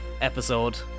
episode